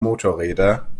motorräder